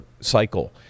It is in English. cycle